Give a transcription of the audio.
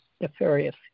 nefarious